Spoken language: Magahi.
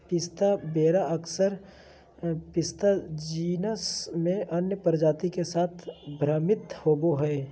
पिस्ता वेरा अक्सर पिस्ता जीनस में अन्य प्रजाति के साथ भ्रमित होबो हइ